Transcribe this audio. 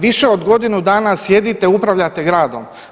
Više od godinu dana sjedite, upravljate gradom.